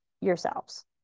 yourselves